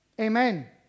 Amen